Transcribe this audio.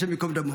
השם יקום דמו.